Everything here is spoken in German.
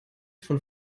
von